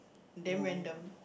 damn random